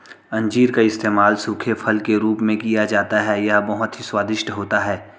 अंजीर का इस्तेमाल सूखे फल के रूप में किया जाता है यह बहुत ही स्वादिष्ट होता है